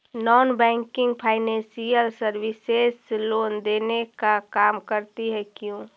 Non banking financial services loan देने का काम करती है क्यू?